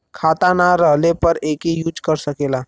खाता ना रहले पर एके यूज कर सकेला